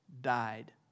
died